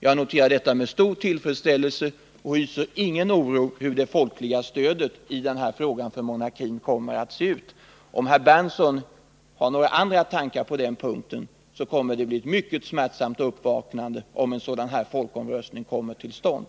Jag noterar detta med glädje och hyser ingen oro för hur det folkliga stödet i frågan om monarkin kommer attse ut. Om herr Berndtson har några andra tankar på den punkten kommer det att bli ett mycket smärtsamt uppvaknande för honom, om en sådan folkomröstning kommer till stånd.